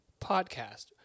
Podcast